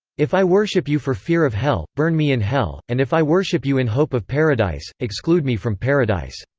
if i worship you for fear of hell, burn me in hell, and if i worship you in hope of paradise, exclude me from paradise.